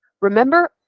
Remember